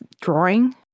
drawing